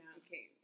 okay